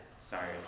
sorry